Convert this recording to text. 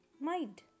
mind